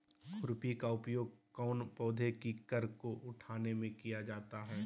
खुरपी का उपयोग कौन पौधे की कर को उठाने में किया जाता है?